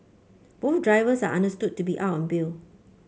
both drivers are understood to be out on bill